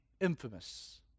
Infamous